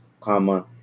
comma